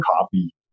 copy